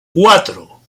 cuatro